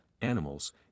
animals